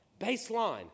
Baseline